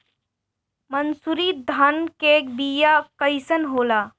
मनसुरी धान के बिया कईसन होला?